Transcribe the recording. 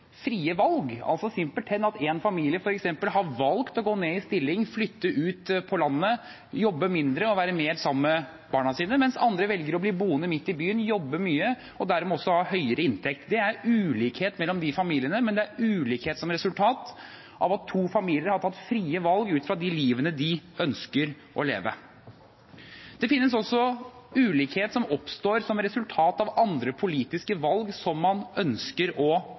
frie valg, altså simpelthen at man i en familie f.eks. har valgt å gå ned i stilling, flytte ut på landet, jobbe mindre og være mer sammen med barna sine, mens andre velger å bli boende midt i byen, jobbe mye og dermed også ha høyere inntekt. Det er ulikhet mellom disse familiene, men det er ulikhet som resultat av at to familier har tatt frie valg ut fra det livet de ønsker å leve. Det finnes også ulikhet som oppstår som resultat av politiske valg som man ønsker å